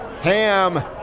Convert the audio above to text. Ham